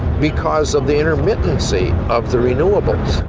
because of the intermittency of the renewables.